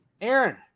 Aaron